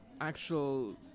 actual